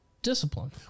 discipline